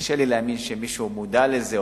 קשה לי להאמין שמישהו מודע לזה,